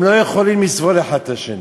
הם לא יכולים לסבול האחד את השני.